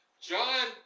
John